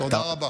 תודה רבה.